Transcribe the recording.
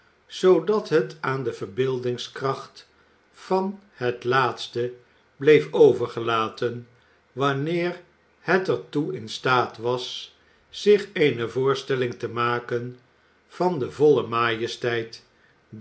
zoodat het aan de verbeeldingskracht van het laatste bleef overgelaten wanneer het er toe in staat was zich eene voorstelling te maken van de volle majesteit